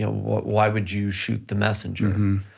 you know why would you shoot the messenger?